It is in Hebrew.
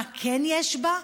מה כן יש בה?